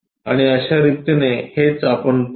आणि अश्या रितीने हेच आपण पाहू